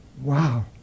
Wow